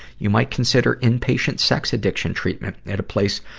you might consider in-patient sex addiction treatment at a place,